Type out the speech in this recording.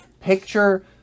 Picture